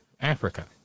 Africa